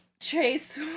Trace